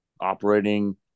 operating –